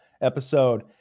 episode